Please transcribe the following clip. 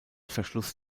verschluss